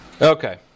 Okay